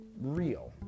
real